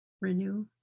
renew